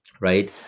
right